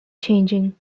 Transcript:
changing